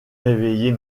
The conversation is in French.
réveiller